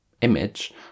image